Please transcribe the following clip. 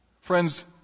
Friends